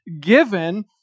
given